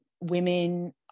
women